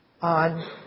on